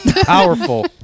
Powerful